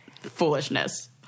foolishness